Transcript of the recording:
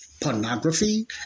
pornography